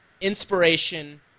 inspiration